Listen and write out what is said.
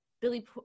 Billy